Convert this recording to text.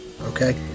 Okay